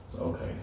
Okay